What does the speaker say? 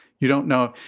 you don't know.